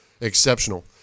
exceptional